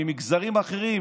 ממגזרים אחרים,